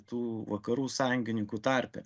tų vakarų sąjungininkų tarpe